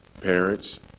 parents